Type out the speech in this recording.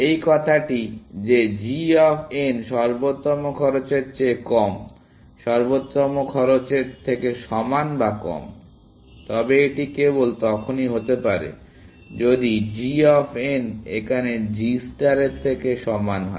এই কথাটি যে g অফ n সর্বোত্তম খরচের চেয়ে কম সর্বোত্তম খরচের থেকে সমান বা কম তবে এটি কেবল তখনই হতে পারে যদি g অফ n এখানে g স্টারের থেকে সমান হয়